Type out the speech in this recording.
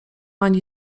ani